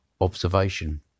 observation